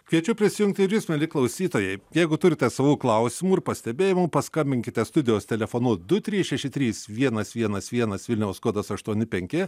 kviečiu prisijungti ir jūs mieli klausytojai jeigu turite savų klausimų ir pastebėjimų paskambinkite studijos telefonu du trys šeši trys vienas vienas vienas vilniaus kodas aštuoni penki